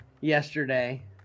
yesterday